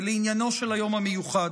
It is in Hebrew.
ולעניינו של היום המיוחד.